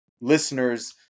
listeners